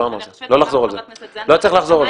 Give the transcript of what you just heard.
ואני חושבת שגם חברת הכנסת זנדברג --- לא לחזור על זה.